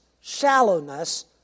shallowness